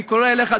אני קורא לך,